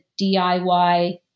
DIY